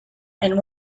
and